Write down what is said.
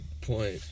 point